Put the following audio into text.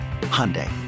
Hyundai